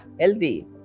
healthy